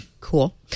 Cool